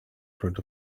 front